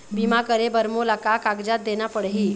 बीमा करे बर मोला का कागजात देना पड़ही?